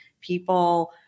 people